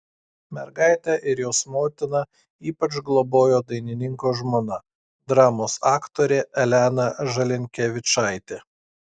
mergaitę ir jos motiną ypač globojo dainininko žmona dramos aktorė elena žalinkevičaitė